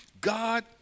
God